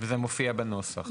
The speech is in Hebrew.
וזה מופיע בנוסח?